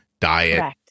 diet